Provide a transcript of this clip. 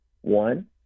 One